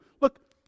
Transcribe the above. Look